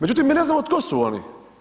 Međutim mi ne znamo tko su oni.